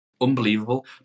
unbelievable